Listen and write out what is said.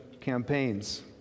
campaigns